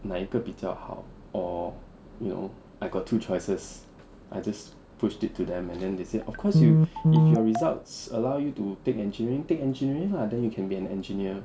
哪一个比较好 or you know I got two choices I just pushed it to them and then they said of course you if your results allow you to take engineering take engineering lah then you can be an engineer